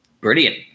brilliant